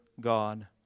God